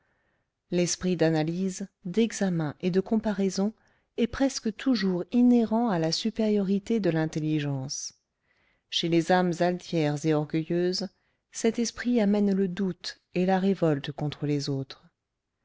l'esprit d'analyse d'examen et de comparaison est presque toujours inhérent à la supériorité de l'intelligence chez les âmes altières et orgueilleuses cet esprit amène le doute et la révolte contre les autres